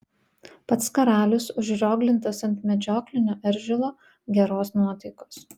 pats karalius užrioglintas ant medžioklinio eržilo geros nuotaikos